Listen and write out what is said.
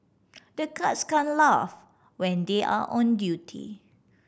the guards can't laugh when they are on duty